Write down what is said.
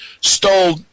stole –